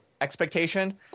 expectation